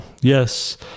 Yes